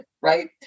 right